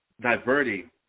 diverting